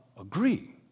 agree